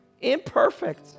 imperfect